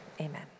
Amen